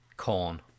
corn